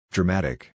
Dramatic